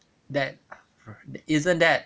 that isn't that